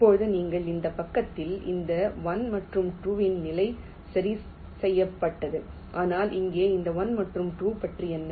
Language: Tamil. இப்போது நீங்கள் இந்த பக்கத்தில் இந்த 1 மற்றும் 2 இன் நிலை சரி செய்யப்பட்டது ஆனால் இங்கே இந்த 1 மற்றும் 2 பற்றி என்ன